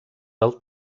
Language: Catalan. del